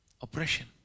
Oppression